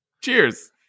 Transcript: cheers